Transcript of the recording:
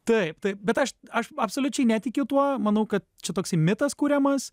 taip taip bet aš aš absoliučiai netikiu tuo manau kad čia toksai mitas kuriamas